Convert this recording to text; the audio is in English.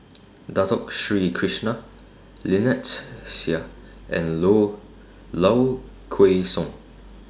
Dato Sri Krishna Lynnette Seah and Low Low Kway Song